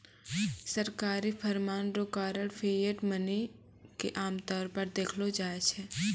सरकारी फरमान रो कारण फिएट मनी के आमतौर पर देखलो जाय छै